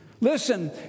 listen